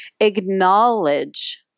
acknowledge